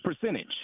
percentage